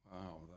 Wow